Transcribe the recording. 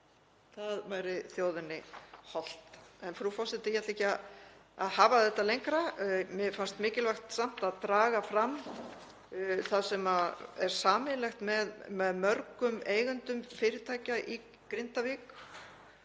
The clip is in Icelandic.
Það væri þjóðinni hollt. Frú forseti. Ég ætla ekki að hafa þetta lengra. Mér fannst mikilvægt samt að draga fram það sem er sameiginlegt með mörgum eigendum fyrirtækja í Grindavík